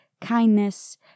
kindness